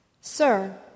Sir